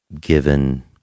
given